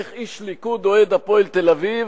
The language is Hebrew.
איך איש ליכוד אוהד של "הפועל תל-אביב".